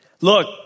Look